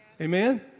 Amen